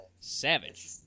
Savage